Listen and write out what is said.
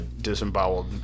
disemboweled